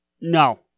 No